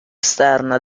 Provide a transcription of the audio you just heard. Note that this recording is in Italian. esterna